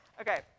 Okay